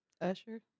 Usher